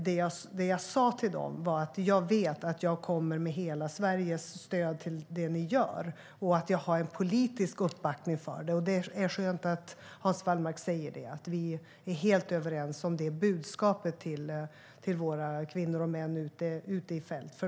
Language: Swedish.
Det jag sa till dem var att jag vet att jag kommer med hela Sveriges stöd till det som de gör och att jag har politisk uppbackning för det. Det är skönt att Hans Wallmark säger att vi är helt överens om budskapet till våra kvinnor och män ute i fält.